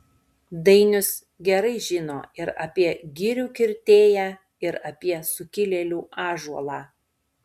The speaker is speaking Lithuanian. dainius gerai žino ir apie girių kirtėją ir apie sukilėlių ąžuolą